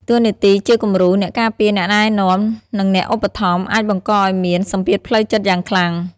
តួនាទីជាគំរូ អ្នកការពារ អ្នកណែនាំ និងអ្នកឧបត្ថម្ភ អាចបង្កឱ្យមាន សម្ពាធផ្លូវចិត្តយ៉ាងខ្លាំង។